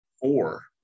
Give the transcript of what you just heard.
four